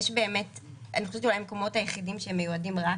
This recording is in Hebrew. אני חושבת שאולי המקומות היחידים שמיועדים רק